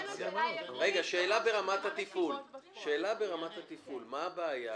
שאלה ברמת התפעול: מה הבעיה